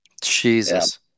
Jesus